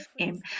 FM